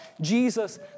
Jesus